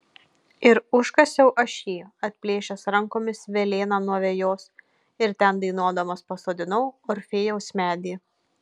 ir užkasiau aš jį atplėšęs rankomis velėną nuo vejos ir ten dainuodamas pasodinau orfėjaus medį